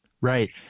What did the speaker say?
Right